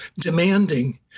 demanding